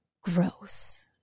gross